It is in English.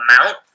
amount